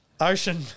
Ocean